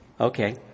Okay